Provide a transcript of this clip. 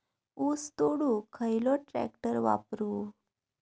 ऊस तोडुक खयलो ट्रॅक्टर वापरू?